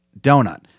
donut